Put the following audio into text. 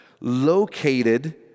located